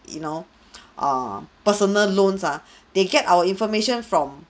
you know err personal loans ah they get our information from